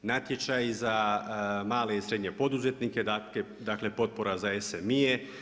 Natječaji za male i srednje poduzetnike dakle potpora za ESM-i.